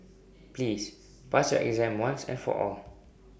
please pass your exam once and for all